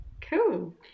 Cool